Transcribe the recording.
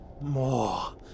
more